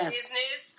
business